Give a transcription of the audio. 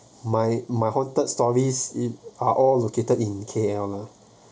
my my haunted stories are all located in K_L lah